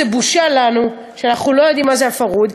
זו בושה לנו שאנחנו לא יודעים מה זה ה"פרהוד",